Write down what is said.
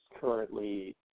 currently